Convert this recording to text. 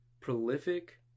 prolific